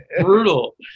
brutal